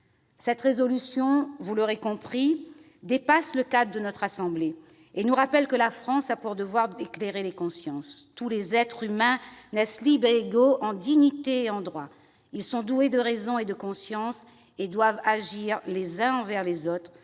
Cette résolution, vous l'aurez compris, dépasse le cadre de notre assemblée et nous rappelle que la France a pour devoir d'éclairer les consciences. « Tous les êtres humains naissent libres et égaux en dignité et en droits. Ils sont doués de raison et de conscience et doivent agir les uns envers les autres